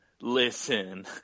listen